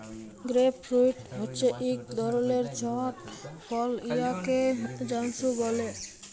grape fruit হছে ইক ধরলের ছট ফল উয়াকে জাম্বুরা ব্যলে